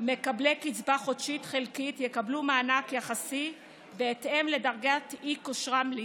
מקבלי קצבה חודשית חלקית יקבלו מענק יחסי בהתאם לדרגת אי-כושרם להשתכר.